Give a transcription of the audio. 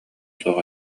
суох